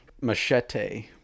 machete